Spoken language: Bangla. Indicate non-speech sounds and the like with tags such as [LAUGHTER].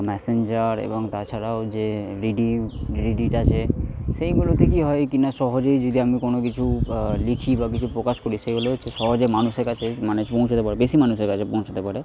মেসেঞ্জার এবং তাছাড়াও যে [UNINTELLIGIBLE] রি রিড আছে সেইগুলোতে কী হয় কি না সহজেই যদি আমি কোনো কিছু লিখি বা কিছু প্রকাশ করি সেগুলো হচ্ছে সহজে মানুষের কাছে মানে পৌঁছাতে পারে বেশি মানুষের কাছে পৌঁছাতে পারে